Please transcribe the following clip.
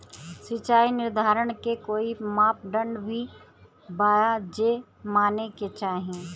सिचाई निर्धारण के कोई मापदंड भी बा जे माने के चाही?